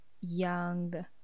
young